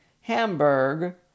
Hamburg